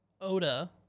Oda